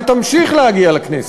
ותמשיך להגיע לכנסת.